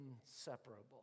inseparable